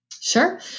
Sure